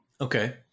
Okay